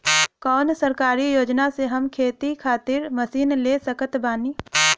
कौन सरकारी योजना से हम खेती खातिर मशीन ले सकत बानी?